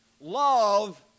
Love